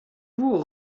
vous